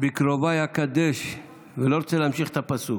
בקרוביי אקדש, ולא רוצה להמשיך את הפסוק.